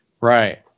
Right